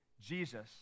Jesus